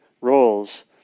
roles